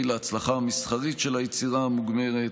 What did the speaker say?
להצלחה המסחרית של היצירה המוגמרת.